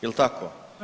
Jel' tako?